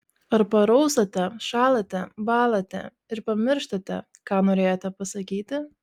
ar paraustate šąlate bąlate ir pamirštate ką norėjote pasakyti